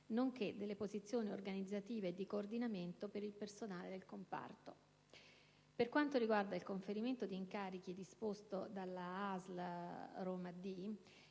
nonché delle posizioni organizzative e di coordinamento per il personale del comparto. Per quanto riguarda il conferimento di incarichi disposto dall'ASL RM/D,